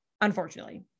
unfortunately